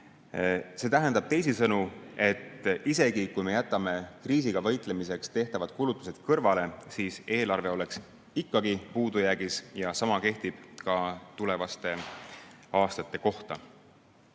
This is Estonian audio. See tähendab teisisõnu, et isegi kui me jätame kriisiga võitlemiseks tehtavad kulutused kõrvale, oleks eelarve ikkagi puudujäägis. Ja sama kehtib ka tulevaste aastate kohta.